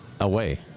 away